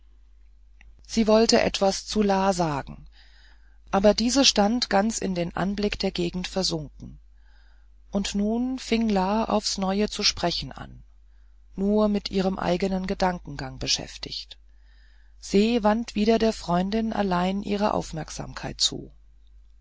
sie wollte etwas zu la sagen aber diese stand ganz in den anblick der gegend versunken und nun fing la aufs neue zu sprechen an nur mit ihrem eigenen gedankengang beschäftigt und se wandte wieder der freundin allein ihre aufmerksamkeit zu